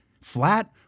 Flat